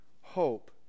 hope